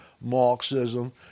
Marxism